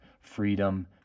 freedom